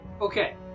Okay